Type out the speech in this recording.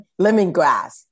lemongrass